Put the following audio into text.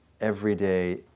everyday